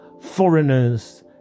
foreigners